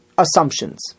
Assumptions